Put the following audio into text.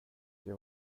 det